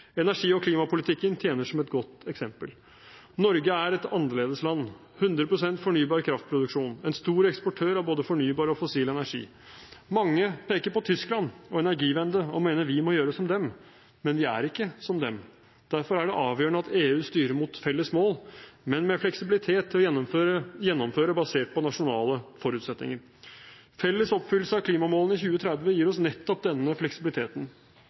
Energi- og klimapolitikken tjener som et godt eksempel. Norge er et annerledesland: 100 pst. fornybar kraftproduksjon, og en stor eksportør av både fornybar og fossil energi. Mange peker på Tyskland og «energiewende» og mener vi må gjøre som dem. Men vi er ikke som dem. Derfor er det avgjørende at EU styrer mot felles mål, men med fleksibilitet til å gjennomføre basert på nasjonale forutsetninger. Felles oppfyllelse av klimamålene i 2030 gir oss nettopp denne fleksibiliteten.